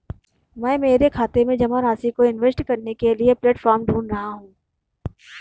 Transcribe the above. मैं मेरे खाते में जमा राशि को इन्वेस्ट करने के लिए प्लेटफॉर्म ढूंढ रही हूँ